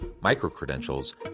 micro-credentials